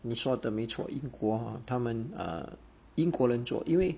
你说的没错英国 hor 他们英国人做因为